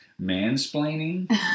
mansplaining